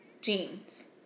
jeans